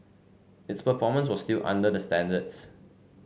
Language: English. its performance was still under their standards